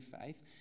faith